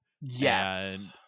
yes